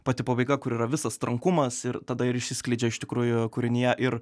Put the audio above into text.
pati pabaiga kur yra visas trankumas ir tada ir išsiskleidžia iš tikrųjų kūrinyje ir